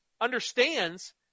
understands